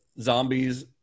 zombies